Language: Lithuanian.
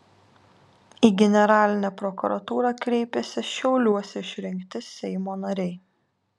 į generalinę prokuratūrą kreipėsi šiauliuos išrinkti seimo nariai